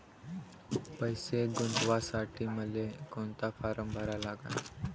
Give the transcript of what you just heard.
पैसे गुंतवासाठी मले कोंता फारम भरा लागन?